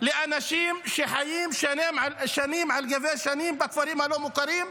לאנשים שחיים שנים על גבי שנים בכפרים הלא-מוכרים,